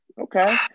Okay